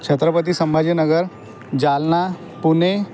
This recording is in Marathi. छत्रपती संभाजी नगर जालना पुने